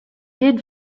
did